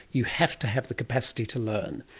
you have to have the capacity to learn.